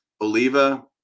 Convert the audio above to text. Oliva